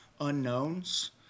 unknowns